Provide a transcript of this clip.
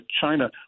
China